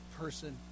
person